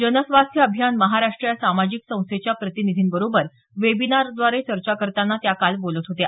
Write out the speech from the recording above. जन स्वास्थ्य अभियान महाराष्ट या सामाजिक संस्थेच्या प्रतिनिधींबरोबर वेबिनारद्वारे चर्चा करताना त्या काल बोलत होत्या